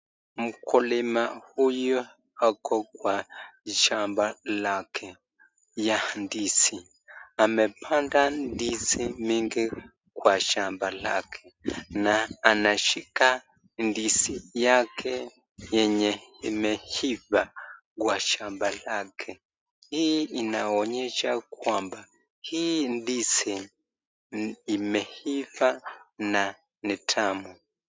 Mkulima huyu ako kwa shamba lake ya ndizi. Amepanda ndizi mingi kwa shamba lake na anashika ndizi yake yenye imeiva kwa shamba lake. Hii inaonyesha kwamba hii ndizi imeiva na ni tamu.